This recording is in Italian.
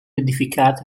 edificata